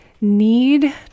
need